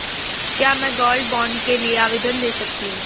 क्या मैं gold bond के लिए आवेदन दे सकती हूँ?